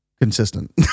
consistent